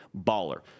baller